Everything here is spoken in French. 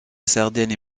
sardaigne